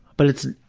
but it's,